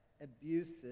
abusive